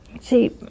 See